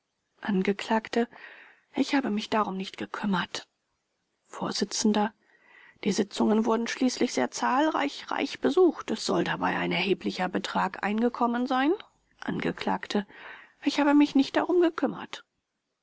angekl ich habe mich darum nicht gekümmert vors die sitzungen wurden schließlich sehr zahlreich reich besucht es soll dabei ein erheblicher betrag eingekommen sein angekl ich habe mich darum nicht gekümmert